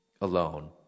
alone